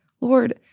Lord